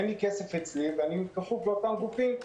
אין לי כסף אצלי ואני כפוף לאותם גופים.